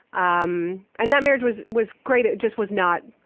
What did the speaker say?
um and that marriage was was great, it just was not,